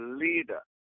leader